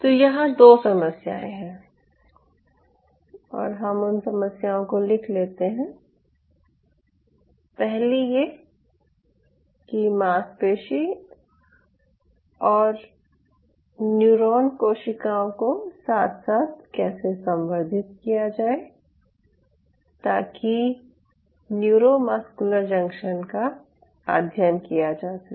तो यहां दो समस्याएं हैं और हम उन समस्याओं को लिख लेते हैं पहली ये कि मांसपेशी और न्यूरॉन कोशिकाओं को साथ साथ कैसे संवर्धित किया जाये ताकि न्यूरो मस्कुलर जंक्शन का अध्ययन किया जा सके